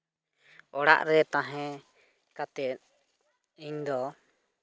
ᱚᱲᱟᱜ ᱨᱮ ᱛᱟᱦᱮᱸ ᱠᱟᱛᱮᱫ ᱤᱧᱫᱚ